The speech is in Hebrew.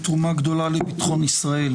רוב של 61,